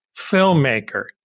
filmmaker